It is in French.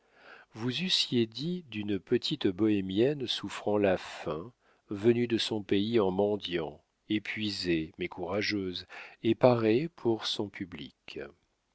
vous eussiez dit d'une petite bohémienne souffrant la faim venue de son pays en mendiant épuisée mais courageuse et parée pour son public